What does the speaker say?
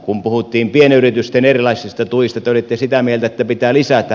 kun puhuttiin pienyritysten erilaisista tuista te olitte sitä mieltä että pitää lisätä